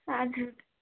हजुर